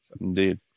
indeed